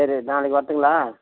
சரி நாளைக்கு வரட்டுங்களா